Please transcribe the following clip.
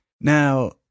Now